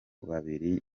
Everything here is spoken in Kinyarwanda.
babiri